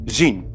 zien